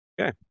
Okay